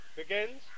begins